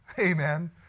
Amen